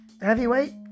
heavyweight